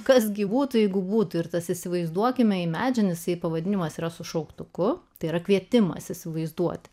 kas gi būtų jeigu būtų ir tas įsivaizduokime pavadinimas yra su šauktuku tai yra kvietimas įsivaizduot